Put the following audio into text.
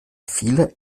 viele